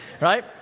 Right